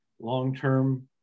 long-term